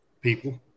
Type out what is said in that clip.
people